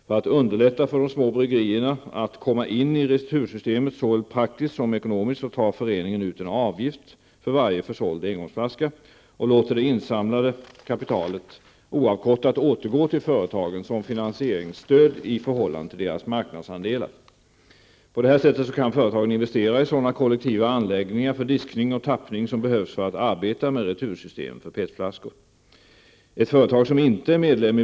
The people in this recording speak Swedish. För att underlätta för de små bryggerierna att komma in i retursystemet såväl praktiskt som ekonomiskt, tar föreningen ut en avgift på varje försåld engångsflaska och låter det insamlade kapitalet oavkortat återgå till företagen som finansieringsstöd i förhållande till deras marknadsandelar. På det här sättet kan företagen investera i sådana kollektiva anläggningar för diskning och tappning som behövs för att arbeta med retursystem för PET-flaskor.